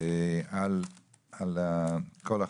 על כל החוק.